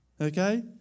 okay